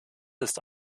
ist